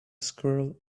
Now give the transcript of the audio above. squirrel